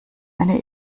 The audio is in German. eine